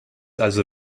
also